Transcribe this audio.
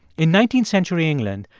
in nineteenth century england,